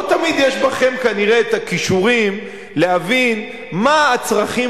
לא תמיד יש בכם כנראה את הכישורים להבין מה הצרכים